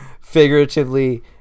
figuratively